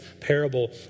parable